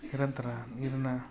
ನಿರಂತರ ನೀರಿನ